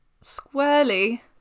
squarely